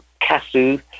Casu